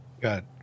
got